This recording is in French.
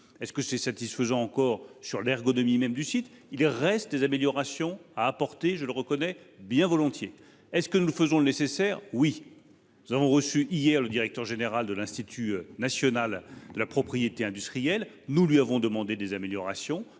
a pris quelques jours. Par ailleurs, sur l'ergonomie même du site, il reste des améliorations à apporter ; je le reconnais bien volontiers. Est-ce que nous faisons le nécessaire ? Oui ! Nous avons reçu hier le directeur général de l'Institut national de la propriété industrielle, et nous lui avons demandé des corrections.